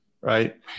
Right